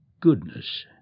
goodness